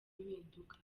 impinduka